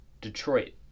Detroit